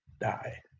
die